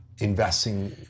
investing